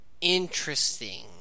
Interesting